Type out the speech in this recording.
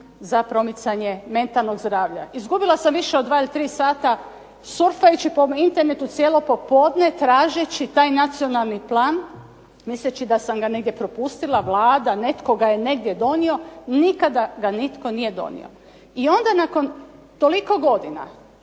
za promicanje mentalnog zdravlja. Izgubila sam više od dva ili tri sata surfajući po Internetu cijelo popodne tražeći taj nacionalni plan misleći da sam ga negdje propustila, Vlada, netko ga je negdje donio. Nikada ga nitko nije donio. I onda nakon toliko godina